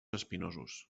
espinosos